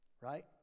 right